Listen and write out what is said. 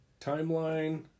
Timeline